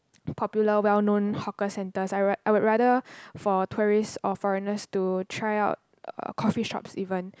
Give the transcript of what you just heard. popular well known hawker centres I rat~ I would rather for tourists or foreigners to try out uh coffee shops even